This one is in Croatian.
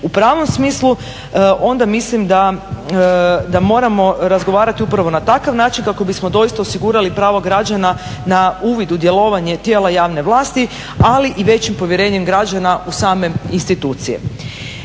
u pravnom smislu onda mislim da moramo razgovarati upravo na takav način kako bismo doista osigurali pravo građana na uvid u djelovanje tijela javne vlasti ali i većim povjerenjem građana u same institucije.